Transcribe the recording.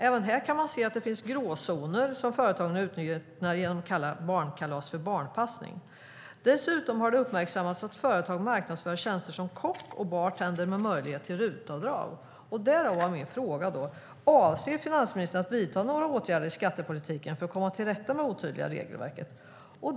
Även här kan man se att det finns gråzoner som företagen utnyttjar genom att kalla barnkalas för barnpassning. Dessutom har det uppmärksammats att företag marknadsför tjänster som kock och bartender med möjlighet till RUT-avdrag. Därav min fråga: Avser finansministern att vidta några åtgärder i skattepolitiken för att komma till rätta med det otydliga regelverket?